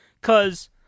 Cause